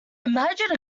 imagine